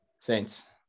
Saints